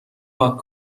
پاک